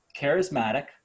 charismatic